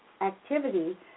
activity